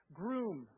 groom